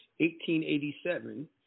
1887